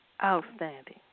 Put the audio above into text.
Outstanding